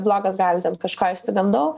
blogas gali ten kažko išsigandau